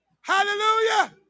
hallelujah